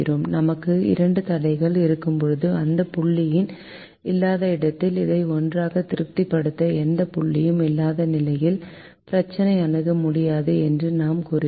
நமக்கு இரண்டு தடைகள் இருக்கும்போது எந்த புள்ளியும் இல்லாத இடத்தில் இதை ஒன்றாக திருப்திப்படுத்த எந்த புள்ளியும் இல்லாத நிலையில் பிரச்சினை அணுக முடியாதது என்று நாம் கூறுகிறோம்